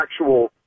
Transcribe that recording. actual